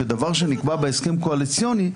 דבר הנקבע בהסכם קואליציוני,